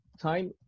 time